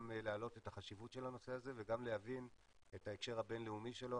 גם להעלות את החשיבות של הנושא הזה וגם להבין את ההקשר הבינלאומי שלו.